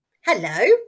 hello